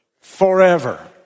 forever